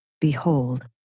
Behold